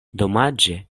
domaĝe